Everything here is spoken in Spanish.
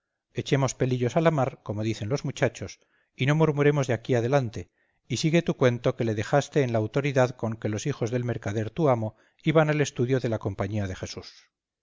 echemos pelillos a la mar como dicen los muchachos y no murmuremos de aquí adelante y sigue tu cuento que le dejaste en la autoridad con que los hijos del mercader tu amo iban al estudio de la compañía de jesús